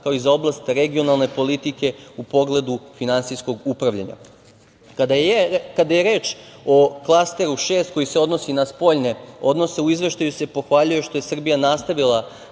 kao i za oblast regionalne politike u pogledu finansijskog upravljanja. Kada je reč o klasteru 6, koji se odnosi na spoljne odnose, u Izveštaju se pohvaljuje što je Srbija nastavila